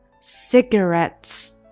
cigarettes